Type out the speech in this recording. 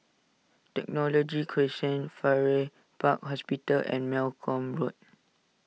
Technology Crescent Farrer Park Hospital and Malcolm Road